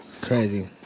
Crazy